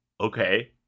okay